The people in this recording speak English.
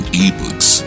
ebooks